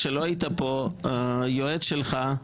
כשלא היית פה היועץ שלך,